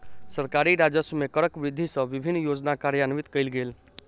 सरकारी राजस्व मे करक वृद्धि सँ विभिन्न योजना कार्यान्वित कयल गेल